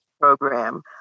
program